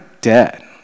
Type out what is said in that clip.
dead